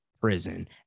prison